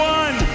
one